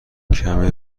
کمی